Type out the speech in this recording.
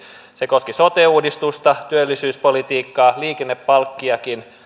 se koski sote uudistusta työllisyyspolitiikkaa liikennepalkkiakin